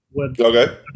Okay